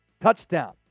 touchdown